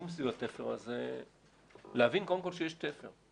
סביב התפר הזה להבין קודם כל שיש תפר.